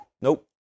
Nope